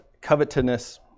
covetousness